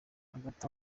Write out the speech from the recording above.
hagati